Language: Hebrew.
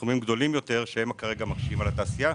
לסכומים גדולים יותר שמקשים על התעשייה.